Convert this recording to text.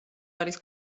არის